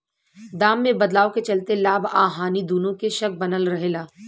दाम में बदलाव के चलते लाभ आ हानि दुनो के शक बनल रहे ला